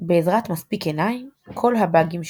"בעזרת מספיק עיניים, כל הבאגים שטחיים".